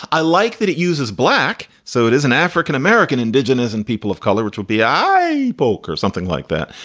i like that it uses black. so it is an african-american, indigenous and people of color, which would be i and boeke or something like that.